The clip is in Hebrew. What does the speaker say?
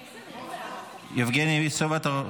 יבגני סובה, אתה רוצה?